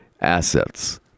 assets